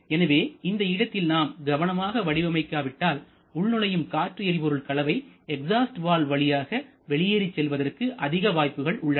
எனவே இந்த இடத்தில் நாம் கவனமாக வடிவமைக்க விட்டால் உள்நுழையும் காற்று எரிபொருள் கலவை எக்ஸாஸ்ட் வால்வு வழியாக வெளியேறிச் செல்வதற்கு அதிக வாய்ப்புகள் உள்ளன